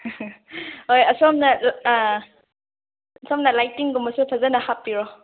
ꯍꯣꯏ ꯑꯁꯣꯝꯅ ꯑꯥ ꯑꯁꯣꯝꯅ ꯂꯥꯏꯠꯇꯤꯡꯒꯨꯝꯕꯁꯨ ꯐꯖꯅ ꯍꯥꯞꯄꯤꯔꯣ